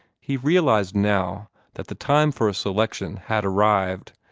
he realized now that the time for a selection had arrived,